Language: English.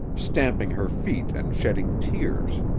stamping her feet and shedding tears.